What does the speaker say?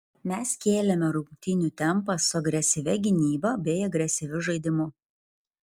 mes kėlėme rungtynių tempą su agresyvia gynyba bei agresyviu žaidimu